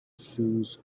shoes